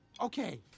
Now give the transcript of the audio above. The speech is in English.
Okay